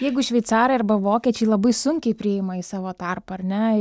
jeigu šveicarai arba vokiečiai labai sunkiai priima į savo tarpą ar ne